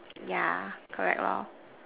yeah correct at all